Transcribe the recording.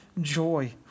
joy